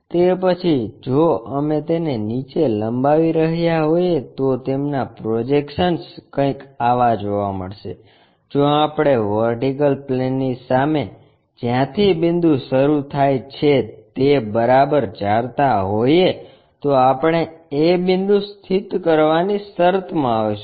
તે પછી જો અમે તેને નીચે લંબાવી રહ્યાં હોઈએ તો તેમના પ્રોજેક્શન્સ કંઈક આવા જોવા મળશે જો આપણે વર્ટિકલ પ્લેનની સામે જ્યાંથી બિંદુ શરૂ થાય છે તે બરાબર જાણતા હોઇએ તો આપણે a બિંદુ સ્થિત કરવાની શરતમાં હોઈશું